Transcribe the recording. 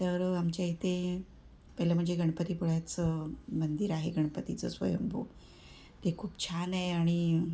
तर आमच्या इथे पहिलं म्हणजे गणपतीपुळ्याचं मंदिर आहे गणपतीचं स्वयंभू ते खूप छान आहे आणि